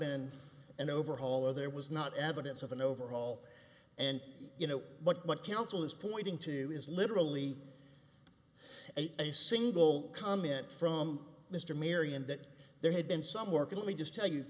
been an overhaul or there was not evidence of an overhaul and you know what council is pointing to is literally a single comment from mr marion that there had been some work at me just tell you